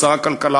של שר הכלכלה,